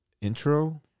intro